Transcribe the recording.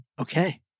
Okay